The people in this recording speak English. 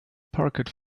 parquet